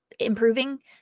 improving